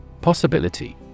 Possibility